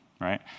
right